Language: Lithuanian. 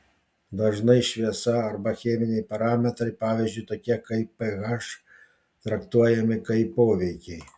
dažnai šviesa arba cheminiai parametrai pavyzdžiui tokie kaip ph traktuojami kaip poveikiai